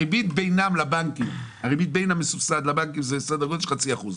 הריבית בין המסובסד לבנקים זה סדר גודל של חצי אחוז,